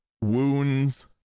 wounds